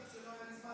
אוסיף, לא היה לי זמן.